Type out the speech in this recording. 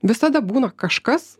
visada būna kažkas